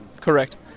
correct